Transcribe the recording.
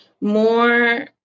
more